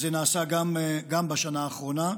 זה נעשה גם בשנה האחרונה.